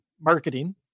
marketing